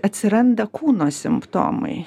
atsiranda kūno simptomai